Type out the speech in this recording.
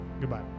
Goodbye